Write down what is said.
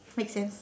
makes sense